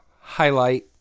highlight